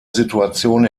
situation